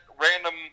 random